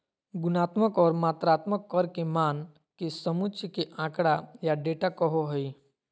गुणात्मक और मात्रात्मक कर के मान के समुच्चय के आँकड़ा या डेटा कहो हइ